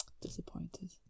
Disappointed